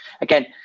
again